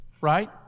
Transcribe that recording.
right